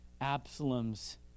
Absalom's